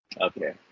Okay